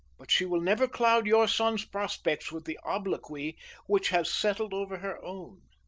but she will never cloud your son's prospects with the obloquy which has settled over her own.